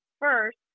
first